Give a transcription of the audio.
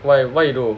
why what you do